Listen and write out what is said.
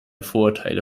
vorurteile